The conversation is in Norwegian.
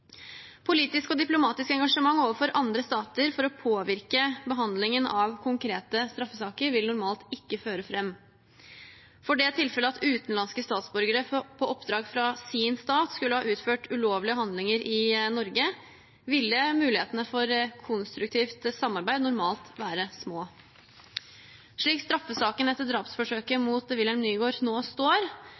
Politisk og diplomatisk engasjement overfor andre stater for å påvirke behandlingen av konkrete straffesaker vil normalt ikke føre fram. For det tilfellet at utenlandske statsborgere, på oppdrag fra sin stat, skulle ha utført ulovlige handlinger i Norge, ville mulighetene for et konstruktivt samarbeid normalt være små. Slik straffesaken etter drapsforsøket mot William Nygård nå står,